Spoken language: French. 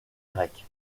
grecque